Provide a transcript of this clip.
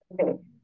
Okay